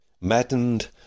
Maddened